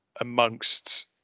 amongst